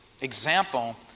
example